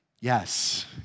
yes